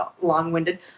long-winded